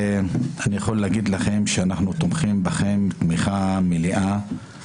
אני יכול להגיד לכם שאנחנו תומכים בכם תמיכה מלאה.